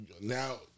Now